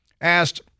asked